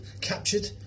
captured